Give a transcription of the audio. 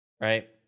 right